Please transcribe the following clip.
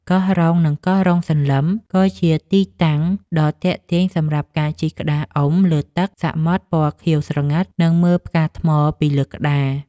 កោះរ៉ុង និងកោះរ៉ុងសន្លឹម ក៏ជាទីតាំងដ៏ទាក់ទាញសម្រាប់ការជិះក្តារអុំលើទឹកសមុទ្រពណ៌ខៀវស្រងាត់ និងមើលផ្កាថ្មពីលើក្តារ។